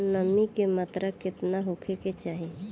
नमी के मात्रा केतना होखे के चाही?